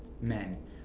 men